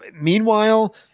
Meanwhile